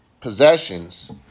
possessions